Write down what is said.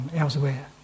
elsewhere